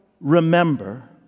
remember